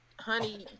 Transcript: honey